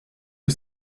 que